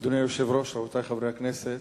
אדוני היושב-ראש, רבותי חברי הכנסת,